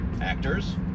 actors